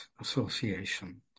Association